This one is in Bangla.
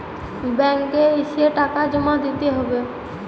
ব্যাঙ্ক এ এসে টাকা জমা দিতে হবে?